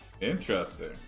Interesting